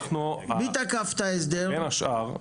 מי תקף את ההסכמה?